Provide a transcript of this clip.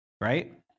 right